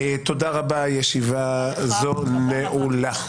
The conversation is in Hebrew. תודה רבה, ישיבה זו נעולה.